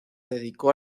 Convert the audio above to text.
dedicó